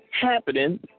happening